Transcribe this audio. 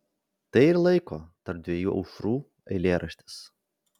tai ir laiko tarp dviejų aušrų eilėraštis